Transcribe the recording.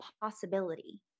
possibility